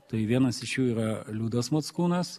tai vienas iš jų yra liudas mockūnas